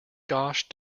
gosh